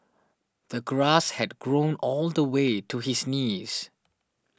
the grass had grown all the way to his knees